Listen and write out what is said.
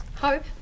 Hope